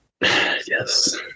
Yes